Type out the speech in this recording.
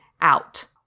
out